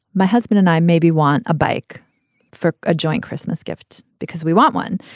my husband and i maybe want a bike for a joint christmas gift because we want one.